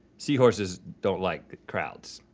seahorses don't like crowds.